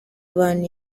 abantu